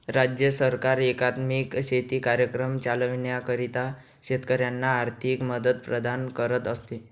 राज्य सरकार एकात्मिक शेती कार्यक्रम चालविण्याकरिता शेतकऱ्यांना आर्थिक मदत प्रदान करत असते